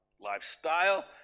lifestyle